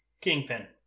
Kingpin